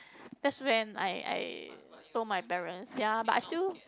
that's when I I told my parents ya but I still